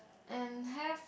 and have